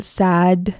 sad